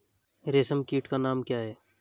रेशम कीट का नाम क्या है?